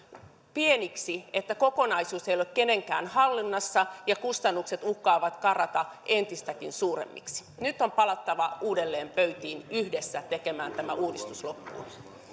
pieniksi että kokonaisuus ei ole kenenkään hallinnassa ja kustannukset uhkaavat karata entistäkin suuremmiksi nyt on palattava uudelleen pöytiin yhdessä tekemään tämä uudistus loppuun